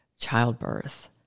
childbirth